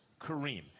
Kareem